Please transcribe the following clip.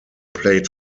played